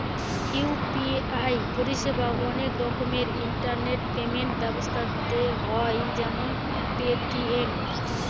UPI পরিষেবা অনেক রকমের ইন্টারনেট পেমেন্ট ব্যবস্থাতে হয় যেমন পেটিএম